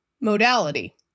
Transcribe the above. modality